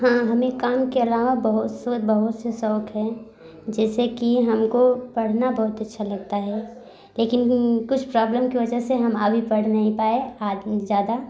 हाँ हमें काम के अलावा बहुत से और बहुत से शौक़ हैं जैसे की हमको पढ़ना बहुत अच्छा लगता है लेकिन कुछ प्रॉबलम के वजह से हम आगे पढ़ नहीं पाए आगे ज़्यादा